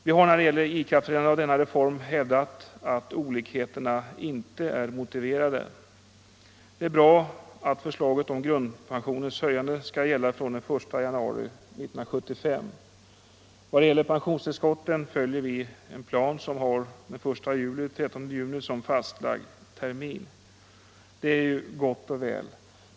Vi har när det gäller ikraftträdandet av denna reform hävdat att olikheterna inte är motiverade. Det är bra att den förhöjda grundpensionen skall gälla från den 1 januari 1975. Vad gäller pensionstillskotten följer vi en plan som har den I juli-30 juni som fastlagd termin. Det är gott och väl.